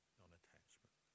non-attachment